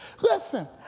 Listen